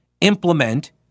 implement